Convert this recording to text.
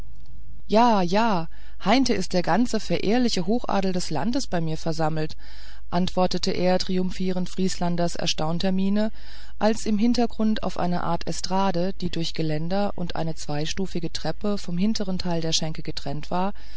ja ja heinte ist der ganze verehrliche hochadel des landes bei mir versammelt beantwortete er triumphierend vrieslanders erstaunte miene als im hintergrund auf einer art estrade die durch geländer und eine zweistufige treppe vom vorderen teil der schenke getrennt war